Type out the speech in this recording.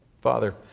Father